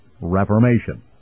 Reformation